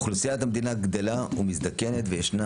אוכלוסיית המדינה גדלה ומזדקנת וישנה